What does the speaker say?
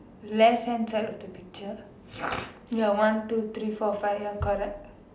left hand side of the picture ya one two three four five ya correct